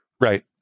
Right